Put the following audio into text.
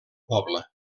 poble